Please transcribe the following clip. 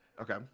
Okay